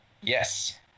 Yes